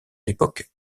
l’époque